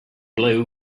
blew